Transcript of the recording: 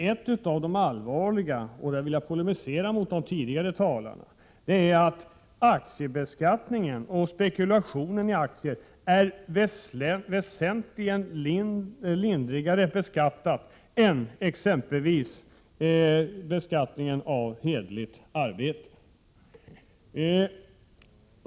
Ett av de allvarliga, och där vill jag polemisera med de tidigare talarna, är att spekulationen i aktier är väsentligt lindrigare beskattad än exempelvis hederligt arbete.